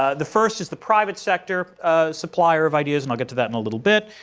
ah the first is the private sector supplier of ideas and i'll get to that in a little bit.